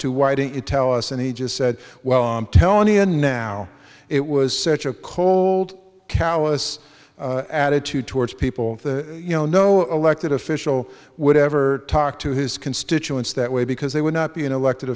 to why didn't you tell us and he just said well i'm telling ian now it was such a cold callous attitude towards people you know no elected official would ever talk to his constituents that way because they would not be an elected